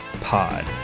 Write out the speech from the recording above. pod